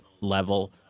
level